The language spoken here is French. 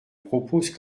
propose